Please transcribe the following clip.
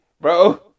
bro